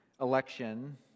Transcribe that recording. election